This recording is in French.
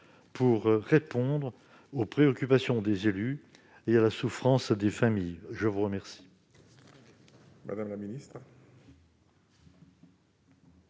pour répondre aux préoccupations des élus et à la souffrance des familles. La parole est à Mme la ministre